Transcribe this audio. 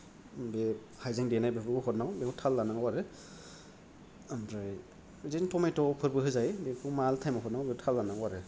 बे हायजें देनाय बेफोरखौ हरनांगौ बेखौ थाल लानांगौ आरो आमफ्राय बिदिनो थमेथ'फोरबो होजायो बेखौ मा टाइमाव हरनांगौ बेखौ थाल लानांगौ आरो